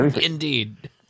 Indeed